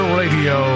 radio